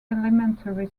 elementary